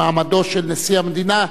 במעמדו של נשיא המדינה,